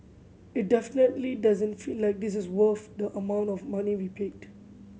it definitely doesn't feel like this is worth the amount of money we paid